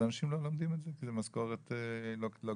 אנשים לא לומדים את זה כי המשכורת לא גבוהה